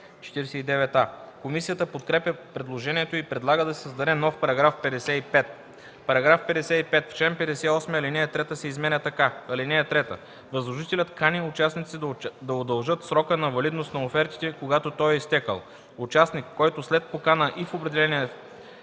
Комисията подкрепя предложението и предлага да се създаде нов § 55: „§ 55. В чл. 58 ал. 3 се изменя така: „(3) Възложителят кани участниците да удължат срока на валидност на офертите, когато той е изтекъл. Участник, който след покана и в определения